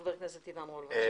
חבר הכנסת עידן רול בבקשה.